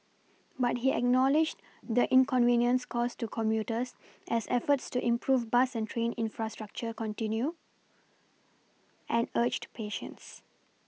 but he acknowledged the inconvenience caused to commuters as efforts to improve bus and train infrastructure continue and urged patience